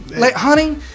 Honey